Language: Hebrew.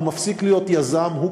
הוא מפסיק להיות יזם.